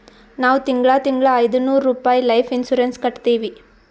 ನಾವ್ ತಿಂಗಳಾ ತಿಂಗಳಾ ಐಯ್ದನೂರ್ ರುಪಾಯಿ ಲೈಫ್ ಇನ್ಸೂರೆನ್ಸ್ ಕಟ್ಟತ್ತಿವಿ